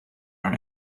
our